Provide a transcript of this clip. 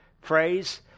phrase